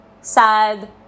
sad